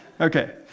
Okay